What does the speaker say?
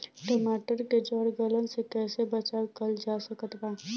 टमाटर के जड़ गलन से कैसे बचाव कइल जा सकत बा?